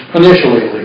initially